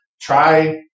try